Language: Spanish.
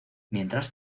mientras